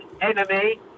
Enemy